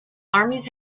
armies